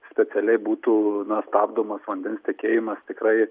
specialiai būtų na stabdomas vandens tekėjimas tikrai